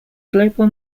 global